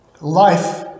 life